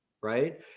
right